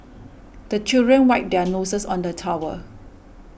the children wipe their noses on the towel